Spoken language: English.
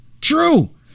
True